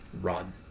run